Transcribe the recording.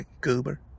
goober